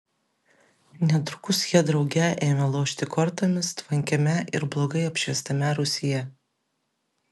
netrukus jie drauge ėmė lošti kortomis tvankiame ir blogai apšviestame rūsyje